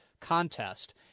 contest